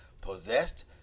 possessed